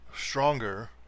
stronger